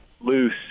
loose